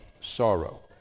sorrow